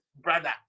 brother